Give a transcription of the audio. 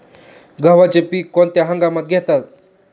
गव्हाचे पीक कोणत्या हंगामात घेतात?